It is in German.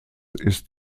ist